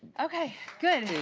okay, good.